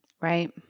Right